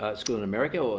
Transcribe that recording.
ah school in america, or